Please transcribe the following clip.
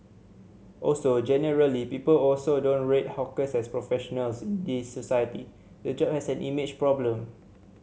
also generally people also don't rate hawkers as professionals in this society the job has an image problem